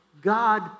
God